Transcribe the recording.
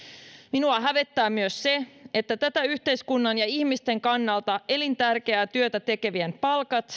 minua hävettää myös se että tätä yhteiskunnan ja ihmisten kannalta elintärkeää työtä tekevien palkat